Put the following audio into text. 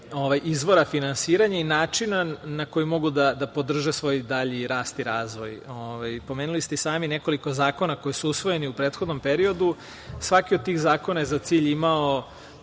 izvora finansiranja i načina na koji mogu da podrže svoj dalji rast i razvoj. Pomenuli ste i sami nekoliko zakona koji su usvojeni u prethodnom periodu. Svaki od tih zakona je za cilj imao